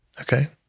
Okay